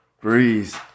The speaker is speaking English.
Breeze